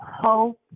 hope